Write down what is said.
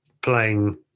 playing